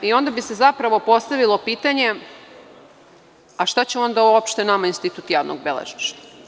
Onda bi se zapravo postavilo pitanje – šta će onda uopšte nama institut javnog beležništva?